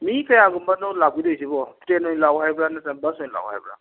ꯃꯤ ꯀꯌꯥꯝꯒꯨꯝꯕꯅꯣ ꯂꯥꯛꯄꯤꯗꯣꯏꯁꯤꯕꯣ ꯑꯣꯏꯅ ꯂꯥꯛꯑꯣ ꯍꯥꯏꯕ꯭ꯔꯥ ꯅꯠꯇꯔꯒ ꯕꯁ ꯑꯣꯏꯅ ꯂꯥꯛꯑꯣ ꯍꯥꯏꯕ꯭ꯔꯥ